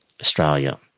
Australia